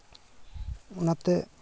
ᱚᱱᱟᱛᱮ